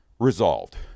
resolved